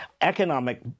economic